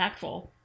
impactful